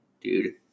dude